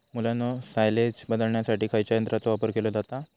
मुलांनो सायलेज बदलण्यासाठी खयच्या यंत्राचो वापर केलो जाता?